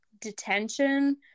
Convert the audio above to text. detention